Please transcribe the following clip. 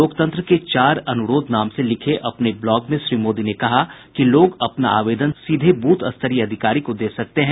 लोकतंत्र के चार अनुरोध नाम से लिखे ब्लॉग में श्री मोदी ने कहा कि लोग अपना आवेदन सीधे बूथ स्तरीय अधिकारी को दे सकते हैं